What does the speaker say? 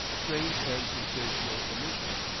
strange and sensational omission.